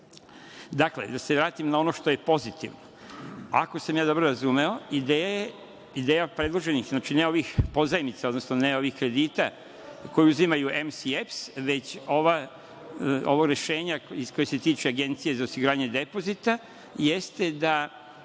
preuzmu. Da se vratim na ono što je pozitivno. Ako sam dobro razumeo, ideja predloženih, ne ovih pozajmica, odnosno ne ovih kredita koje uzimaju EMS i EPS, već ova rešenja koja se tiču Agencije za osiguranje depozita jeste da